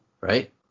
right